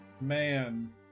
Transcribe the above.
Man